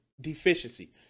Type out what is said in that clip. deficiency